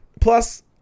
Plus